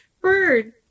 Bird